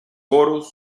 foros